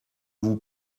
vous